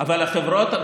אבל החברות הגדולות,